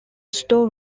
store